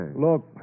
Look